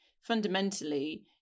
fundamentally